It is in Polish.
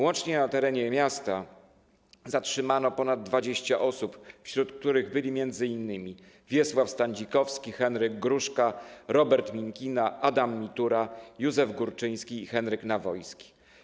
Łącznie na terenie miasta zatrzymano ponad 20 osób, wśród których byli m.in. Wiesław Standzikowski, Henryk Gruszka, Robert Minkina, Adam Mitura, Józef Gurczyński i Henryk Nawojski.